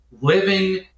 living